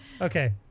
okay